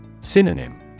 Synonym